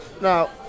Now